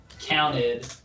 Counted